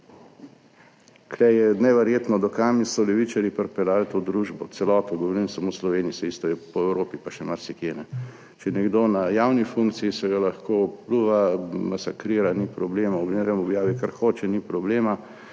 Tukaj je neverjetno, do kam so levičarji pripeljali to družbo, celoto, govorim samo v Sloveniji, saj isto je po Evropi, pa še marsikje ne. Če je nekdo na javni funkciji, se ga lahko pljuva, masakrira, ni problema, ob njenem objavi kar hoče, ni problema,